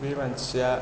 बे मानसिया